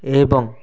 ଏବଂ